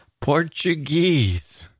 Portuguese